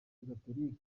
gatolika